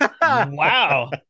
Wow